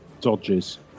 Dodges